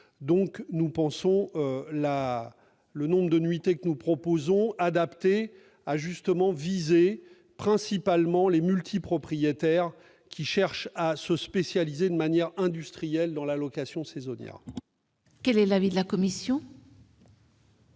120 jours par an. Le nombre de nuitées que nous proposons est adapté et vise principalement les multipropriétaires qui cherchent à se spécialiser de manière industrielle dans la location saisonnière. Quel est l'avis de la commission ?